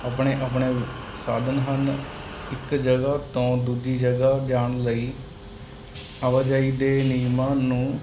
ਆਪਣੇ ਆਪਣੇ ਸਾਧਨ ਹਨ ਇੱਕ ਜਗ੍ਹਾ ਤੋਂ ਦੂਜੀ ਜਗ੍ਹਾ ਜਾਣ ਲਈ ਆਵਾਜਾਈ ਦੇ ਨਿਯਮਾਂ ਨੂੰ